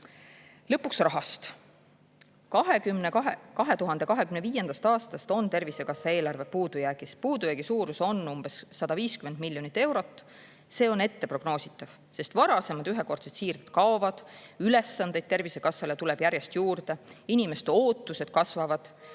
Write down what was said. Lõpuks rahast. 2025. aastast on Tervisekassa eelarve puudujäägis. Puudujäägi suurus on umbes 150 miljonit eurot. See on prognoositav, sest varasemad ühekordsed siirded kaovad, ülesandeid Tervisekassale tuleb järjest juurde, inimeste ootused kasvavad,